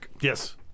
Yes